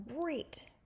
great